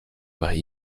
weil